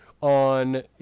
on